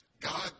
God